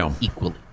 equally